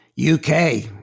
UK